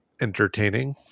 entertaining